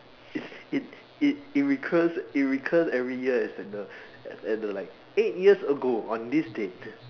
it's it's it it recurs it recurs every year at the at the like eight years ago on this day